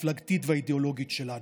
כחלק מהזהות המפלגתית והאידיאולוגית שלנו.